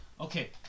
Okay